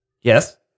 yes